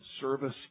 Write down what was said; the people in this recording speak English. service